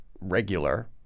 regular